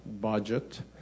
budget